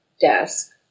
desk